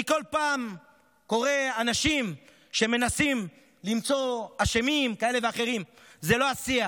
אני כל פעם קורא לאנשים שמנסים למצוא אשמים כאלה ואחרים: זה לא השיח.